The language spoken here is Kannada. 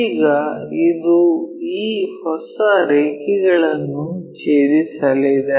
ಈಗ ಇದು ಈ ಹೊಸ ರೇಖೆಗಳನ್ನು ಛೇದಿಸಲಿದೆ